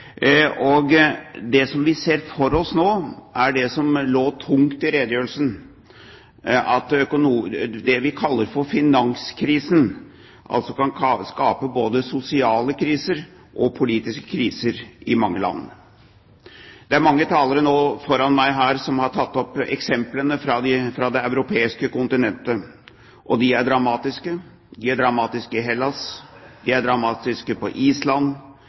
Det vi ser for oss nå, er det som lå tungt i redegjørelsen, at det vi kaller for finanskrisen, kan skape både sosiale kriser og politiske kriser i mange land. Det er mange talere foran meg her som har tatt opp eksemplene fra det europeiske kontinentet, og de er dramatiske. De er dramatiske i Hellas, de er dramatiske på Island,